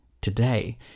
today